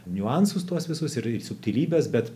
niuansus tuos visus ir subtilybes bet